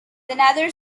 another